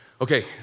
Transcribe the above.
Okay